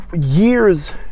years